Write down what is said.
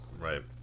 Right